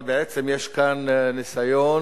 אבל בעצם יש כאן ניסיון